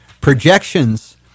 projections